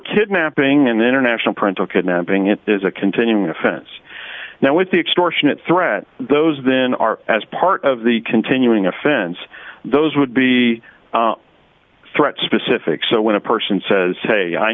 kidnapping and international parental kidnapping it is a continuing offense now with the extortionate threat those then are as part of the continuing offense those would be threats specific so when a person says hey i